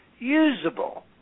usable